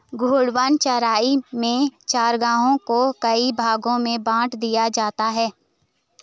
घूर्णी चराई में चरागाहों को कई भागो में बाँट दिया जाता है